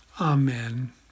Amen